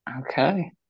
Okay